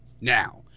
now